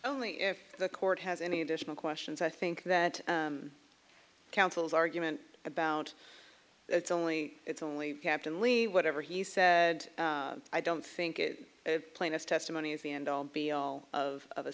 only if the court has any additional questions i think that counsel's argument about it's only it's only captain lee whatever he said i don't think it plaintiffs testimony is the end all be all of